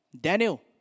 Daniel